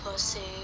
I would say